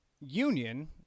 union